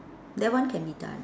that one can be done